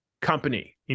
company